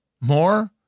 more